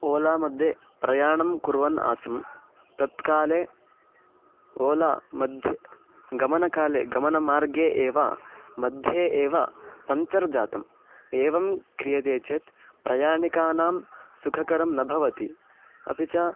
ओलामध्ये प्रयाणं कुर्वन् आसं तत्काले ओलामध्ये गमनकाले गमनमार्गे एव मध्ये एव पञ्चर् जातम् एवं क्रियते चेत् प्रयाणिकानां सुखकरं न भवति अपि च